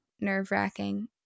nerve-wracking